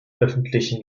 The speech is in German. öffentlichen